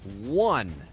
one